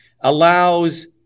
allows